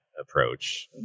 approach